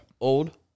Old